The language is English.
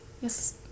Yes